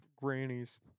Grannies